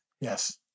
Yes